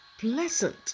pleasant